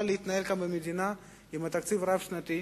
להתנהל כאן במדינה עם תקציב רב-שנתי.